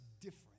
different